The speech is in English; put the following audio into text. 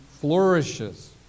flourishes